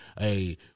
hey